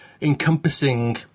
encompassing